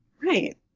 right